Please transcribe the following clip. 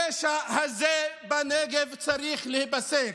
הפשע הזה בנגב צריך להיפסק.